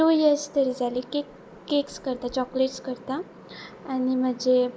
two years तरी जाली cake cakes करता चॉकलेट्स करतां आनी म्हजें